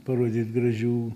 parodyt gražių